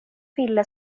ville